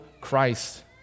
Christ